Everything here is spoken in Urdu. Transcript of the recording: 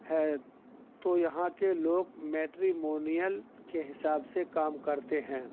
ہے تو یہاں کے لوگ میٹریمونیئل کے حساب سے کام کرتے ہیں